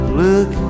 look